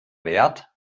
wert